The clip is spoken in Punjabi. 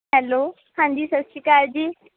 ਹੈਲੋ ਹਾਂਜੀ ਸਤਿ ਸ਼੍ਰੀ ਅਕਾਲ ਜੀ